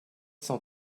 cent